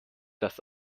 das